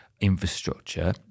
infrastructure